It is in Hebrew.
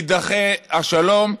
יידחה השלום,